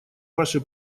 ваше